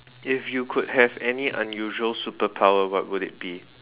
if you could have any unusual superpower what would it be